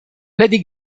lady